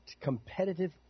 Competitive